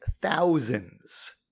thousands